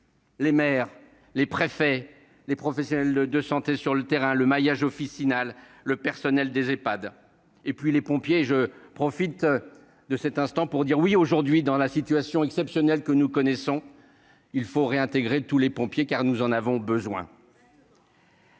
les maires, les préfets, les professionnels de santé sur le terrain, le maillage officinal, le personnel des Ehpad ... Et les pompiers ; je profite de l'occasion pour le dire : oui, dans la situation exceptionnelle que nous connaissons, il faut réintégrer tous les pompiers, car nous en avons besoin